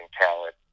talent